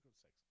six